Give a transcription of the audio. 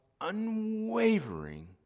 unwavering